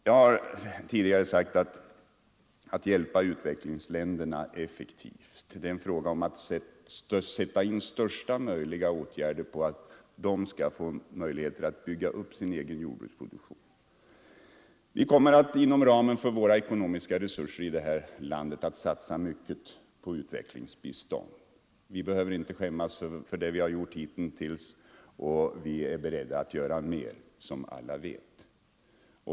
Jag har tidigare sagt att man hjälper utvecklingsländerna mest effektivt genom att vidta så omfattande åtgärder som möjligt för att ge dem förutsättningar att bygga upp sin egen jordbruksproduktion. Vi kommer att, inom ramen för vårt lands ekonomiska resurser, satsa mycket på utvecklingsbistånd. Vi behöver inte skämmas för det vi har gjort hittills, och vi är beredda att göra mer — som alla vet.